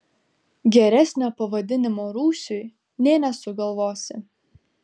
geresnio pavadinimo rūsiui nė nesugalvosi